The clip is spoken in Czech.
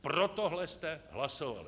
Pro tohle jste hlasovali!